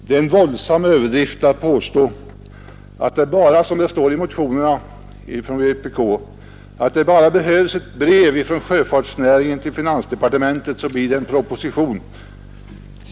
Det är en våldsam överdrift att påstå att det, som det står i vpk:s motioner, bara behövs ett brev från sjöfartsnäringen till finansdepartementet för att det skall bli en proposition.